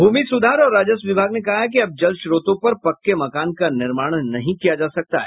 भूमि सुधार और राजस्व विभाग ने कहा है कि अब जलस्त्रोतों पर पक्के मकान का निर्माण नहीं किया जा सकता है